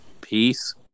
Peace